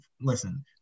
listen